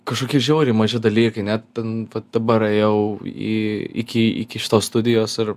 kažkokie žiauriai maži dalykai ne ten dabar ėjau į iki iki šitos studijos ir